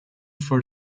for